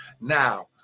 Now